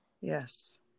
yes